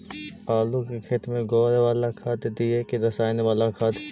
आलू के खेत में गोबर बाला खाद दियै की रसायन बाला खाद?